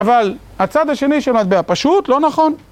אבל הצד השני של המטבע פשוט, לא נכון?